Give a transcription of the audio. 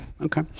Okay